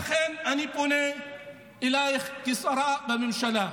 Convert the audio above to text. ולכן אני פונה אלייך כשרה בממשלה,